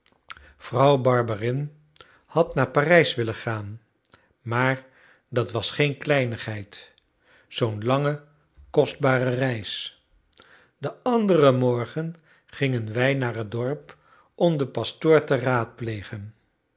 vrouw barberin had naar parijs willen gaan maar dat was geen kleinigheid zoo'n lange kostbare reis den anderen morgen gingen wij naar het dorp om den pastoor te raadplegen